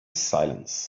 silence